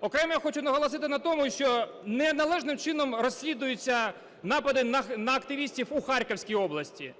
Окремо я хочу наголосити на тому, що неналежним чином розслідуються напади на активістів у Харківській області.